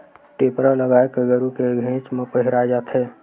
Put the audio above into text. टेपरा ल गाय गरु के घेंच म पहिराय जाथे